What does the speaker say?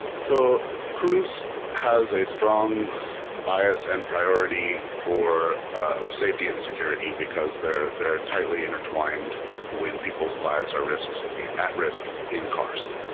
so cruise has a strong bias and priority for safety and security, because they're they're tightly intertwined when people's lives are so at risk in cars.